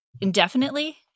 indefinitely